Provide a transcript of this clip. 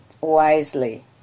Wisely